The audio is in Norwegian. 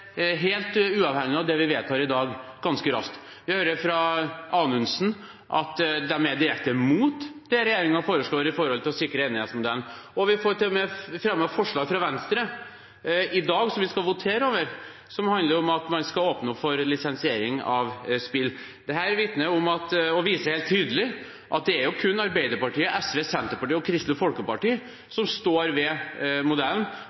helt uavhengig av det vi vedtar i dag – ganske raskt. Vi hører fra Anundsen at de er direkte mot det regjeringen foreslår for å sikre enerettsmodellen, og vi får til og med et forslag fremmet av Venstre i dag, som vi skal votere over, som handler om at man skal åpne opp for lisensiering av spill. Dette viser helt tydelig at det kun er Arbeiderpartiet, Sosialistisk Venstreparti, Senterpartiet og Kristelig Folkeparti som står ved modellen.